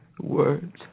words